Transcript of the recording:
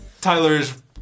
Tyler's